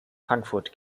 frankfurt